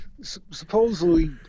supposedly